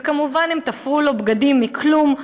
וכמובן תפרו לו בגדים מכלום,